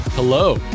Hello